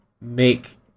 make